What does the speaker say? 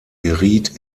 geriet